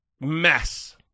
mess